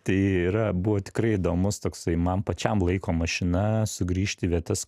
tai yra buvo tikrai įdomus toksai man pačiam laiko mašina sugrįžt į vietas